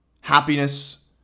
happiness